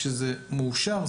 כשזה מאושר,